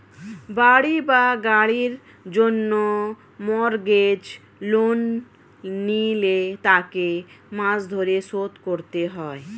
বাড়ি বা গাড়ির জন্য মর্গেজ লোন নিলে তাকে মাস ধরে শোধ করতে হয়